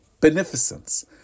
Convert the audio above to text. beneficence